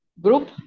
group